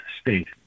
state